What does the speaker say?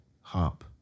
harp